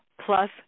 plus